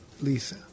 Lisa